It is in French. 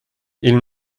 ils